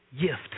gift